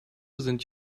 sind